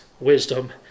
wisdom